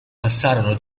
passarono